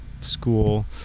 school